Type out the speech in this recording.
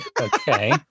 okay